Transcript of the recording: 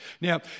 Now